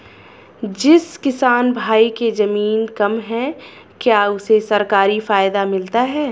जिस किसान भाई के ज़मीन कम है क्या उसे सरकारी फायदा मिलता है?